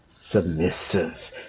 submissive